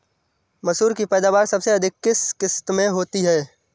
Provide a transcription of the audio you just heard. मसूर की पैदावार सबसे अधिक किस किश्त में होती है?